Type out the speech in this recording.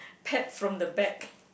pat from the back